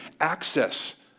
access